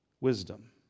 wisdom